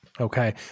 Okay